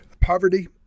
poverty